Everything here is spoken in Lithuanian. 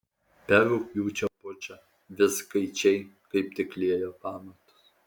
per rugpjūčio pučą vizgaičiai kaip tik liejo pamatus